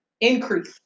Increase